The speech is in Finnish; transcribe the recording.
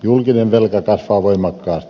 julkinen velka kasvaa voimakkaasti